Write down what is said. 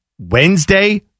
Wednesday